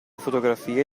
fotografie